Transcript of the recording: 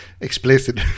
explicit